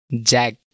Jack